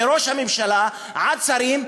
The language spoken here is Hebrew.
מראש הממשלה עד שרים,